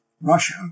Russia